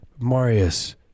Marius